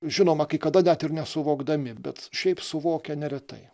žinoma kai kada net ir nesuvokdami bet šiaip suvokia neretai